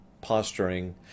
posturing